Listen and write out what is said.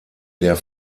der